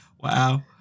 Wow